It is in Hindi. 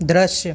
दृश्य